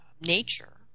nature